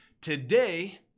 Today